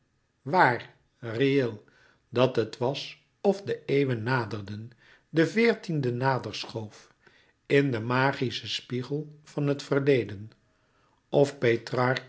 waar reëel dat het was of de eeuwen naderden de veertiende naderschoof in den magischen spiegel van het verleden of